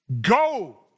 Go